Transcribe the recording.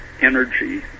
energy